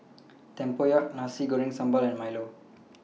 Tempoyak Nasi Goreng Sambal and Milo